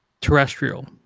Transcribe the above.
terrestrial